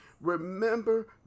remember